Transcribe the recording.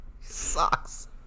sucks